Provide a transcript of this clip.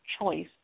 choice